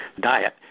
diet